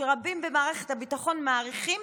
שרבים במערכת הביטחון מעריכים